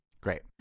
Great